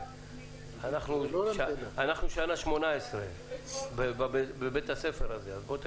אריאל, אנחנו שנה 18 בבית הספר הזה, אז בוא תקשיב.